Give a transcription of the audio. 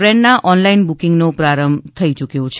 દ્રેનના online બુકીંગનો પ્રારંભ થઇ યુક્યો છે